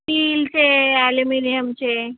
स्टीलचे ॲल्युमिनियमचे